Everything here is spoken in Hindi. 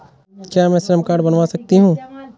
क्या मैं श्रम कार्ड बनवा सकती हूँ?